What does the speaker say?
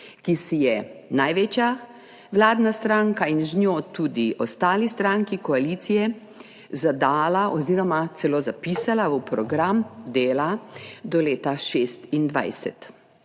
ki si je največja vladna stranka in z njo tudi ostali stranki koalicije, zadala oziroma celo zapisala v program dela do leta 2026.